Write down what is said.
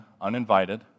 uninvited